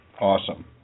Awesome